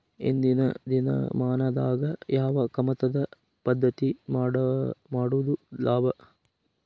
ಇಂದಿನ ದಿನಮಾನದಾಗ ಯಾವ ಕಮತದ ಪದ್ಧತಿ ಮಾಡುದ ಲಾಭ?